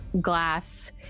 glass